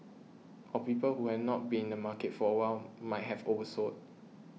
or people who had not been in the market for a while might have oversold